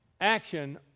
action